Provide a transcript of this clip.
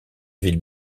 ville